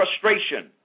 frustration